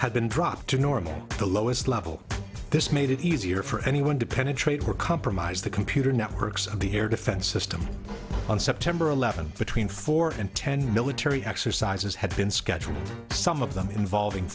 had been dropped to normal the lowest level this made it easier for anyone to penetrate or compromised the computer networks of the air defense system on september eleventh between four and ten military exercises had been scheduled some of them involving